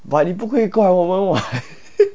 but 你不会怪我们 [what]